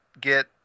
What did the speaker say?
get